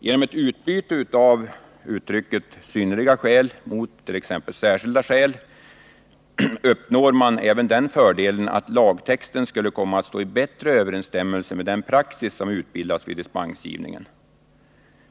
Genom att utbyte av uttrycket synnerliga skäl mot t.ex. särskilda skäl uppnår man även fördelen att lagtexten skulle komma att stå i bättre överensstämmelse med den praxis som utbildats vid dispensgivningen.